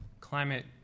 climate